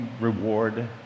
reward